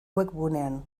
webgunean